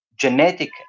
genetic